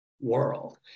world